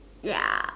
ya